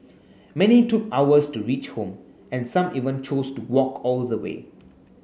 many took hours to reach home and some even chose to walk all the way